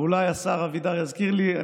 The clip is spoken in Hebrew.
אולי השר אבידר יזכיר לי.